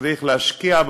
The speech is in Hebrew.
צריך להשקיע,